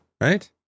right